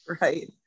Right